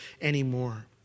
anymore